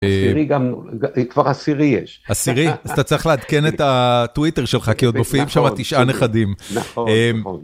עשירי גם, כבר עשירי יש. - עשירי? אז אתה צריך לעדכן את הטוויטר שלך, כי עוד מופיעים שם תשעה נכדים. - נכון, נכון.